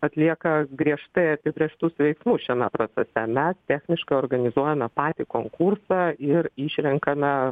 atlieka griežtai apibrėžtus veiksmus šiame procese mes techniškai organizuojame patį konkursą ir išrenkame